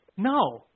No